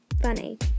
funny